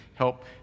help